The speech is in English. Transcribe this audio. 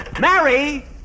Mary